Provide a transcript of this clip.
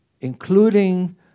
including